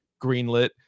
greenlit